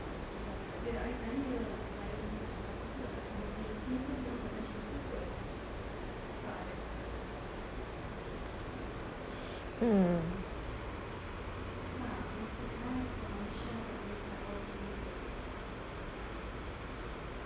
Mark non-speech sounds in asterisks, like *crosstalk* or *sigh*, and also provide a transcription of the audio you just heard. *breath* mm